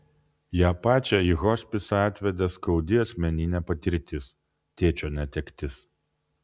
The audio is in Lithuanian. ją pačią į hospisą atvedė skaudi asmeninė patirtis tėčio netektis